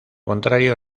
contrario